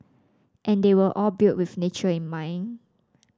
and they were all built with nature in mind